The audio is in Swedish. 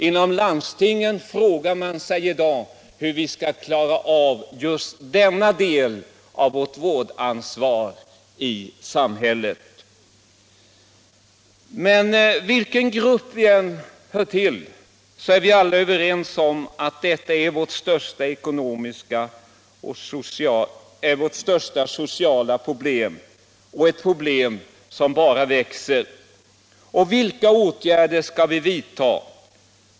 Inom landstingen frågar man sig i dag hur vi skall klara av denna del av vårt vårdansvar i samhället. Men vilken grupp vi än tillhör är vi alla överens om att detta är vårt största sociala problem, ett problem som bara växer. Och vilka åtgärder skall vi vidta?